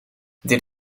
dit